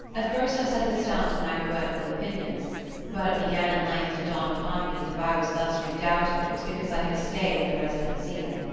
at first i set this down to my heretical opinions but it began at length to dawn upon me that if i was thus redoubted it was because i had stayed at the residencia.